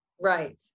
Right